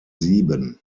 sieben